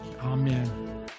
Amen